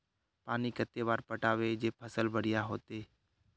पानी कते बार पटाबे जे फसल बढ़िया होते?